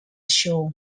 show